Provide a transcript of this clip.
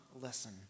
listen